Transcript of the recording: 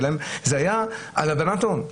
זה היה על הלבנת הון.